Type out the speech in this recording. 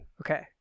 Okay